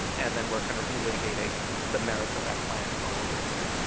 and then we're kind of relitigating the merits of that plan all over again.